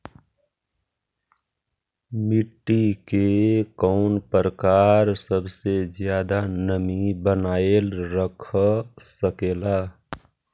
मिट्टी के कौन प्रकार सबसे जादा नमी बनाएल रख सकेला?